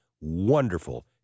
wonderful